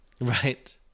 Right